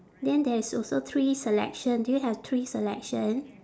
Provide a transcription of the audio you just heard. then there is also three selection do you have three selection